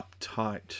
uptight